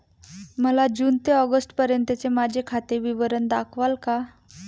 मला जून ते ऑगस्टपर्यंतचे माझे खाते विवरण दाखवाल का?